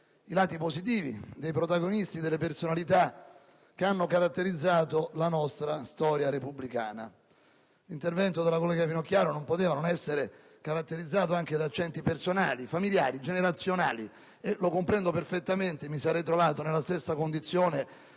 i lati positivi dei protagonisti e delle personalità che hanno contrassegnato la nostra storia repubblicana. L'intervento della collega Finocchiaro non poteva non essere caratterizzato anche da accenti personali, familiari e generazionali: lo comprendo perfettamente e mi sarei trovato nella stessa condizione